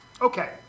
Okay